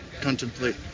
contemplate